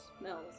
smells